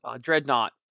Dreadnought